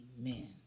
Amen